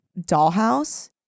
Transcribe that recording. dollhouse